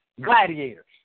gladiators